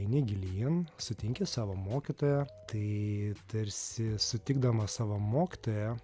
eini gilyn sutinki savo mokytoją tai tarsi sutikdamas savo mokytoją